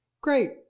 great